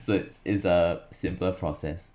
so it's a simpler process